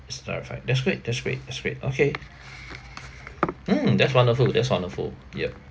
is direct flight that's great that's great that's great okay mm that's wonderful that's wonderful yup